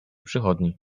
przychodni